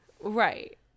Right